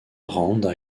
rendent